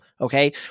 okay